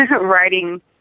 writing